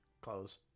close